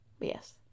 Yes